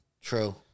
True